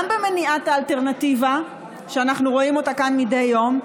גם במניעת האלטרנטיבה שאנחנו רואים אותה כאן מדי יום,